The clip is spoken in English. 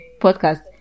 podcast